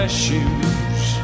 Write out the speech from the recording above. shoes